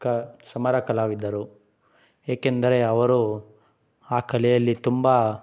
ಕ ಸಮರ ಕಲಾವಿದರು ಏಕೆಂದರೆ ಅವರು ಆ ಕಲೆಯಲ್ಲಿ ತುಂಬ